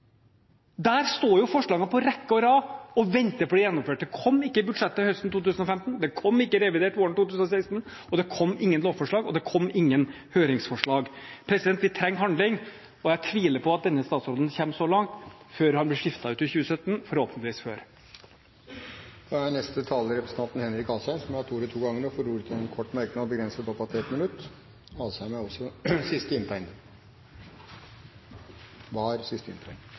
Der står forslagene på rekke og rad og venter på å bli gjennomført. Det kom ikke i budsjettet høsten 2015, det kom ikke i revidert våren 2016, det kom ingen lovforslag, og det kom ingen høringsforslag. Vi trenger handling, og jeg tviler på at denne statsråden kommer så langt før han blir skiftet ut i 2017 – forhåpentligvis før. Representanten Henrik Asheim har hatt ordet to ganger tidligere og får ordet til en kort merknad, begrenset til 1 minutt.